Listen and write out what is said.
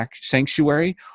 sanctuary